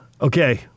okay